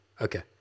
Okay